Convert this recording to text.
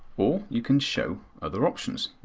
or you can show other options.